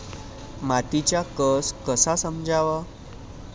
मातीचा कस कसा समजाव?